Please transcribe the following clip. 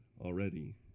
already